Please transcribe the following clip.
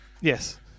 Yes